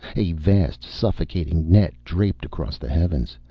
a vast, suffocating net draped across the heavens,